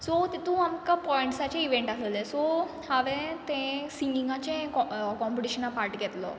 so तितू आमकां पॉयंट्साचे इवँट आसलले सो हांवें तें सिंगिंगाचें कॉ कॉम्पिटिशना पाट घेतलो